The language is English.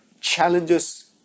challenges